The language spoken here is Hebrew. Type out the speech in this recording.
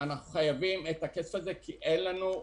חייבים את הכסף הזה כי אין לנו.